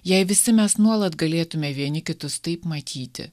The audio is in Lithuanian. jei visi mes nuolat galėtume vieni kitus taip matyti